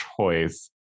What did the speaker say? choice